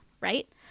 right